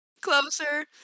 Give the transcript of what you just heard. closer